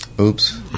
Oops